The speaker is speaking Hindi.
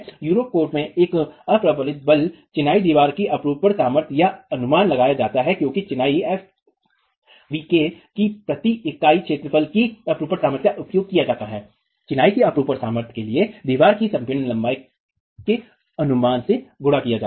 यूरोपकोड में एक अ प्रबलित बल चिनाई दीवार की अपरूपण सामर्थ्य का अनुमान लगाया जाता है क्योंकि चिनाई fvk की प्रति इकाई क्षेत्रफल की अपरूपण सामर्थ्य का उपयोग किया जाता है चिनाई की अपरूपण सामर्थ्य के लिए दीवार की संपीड़ित लंबाई के अनुमान से गुणा किया जाता है